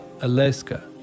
Alaska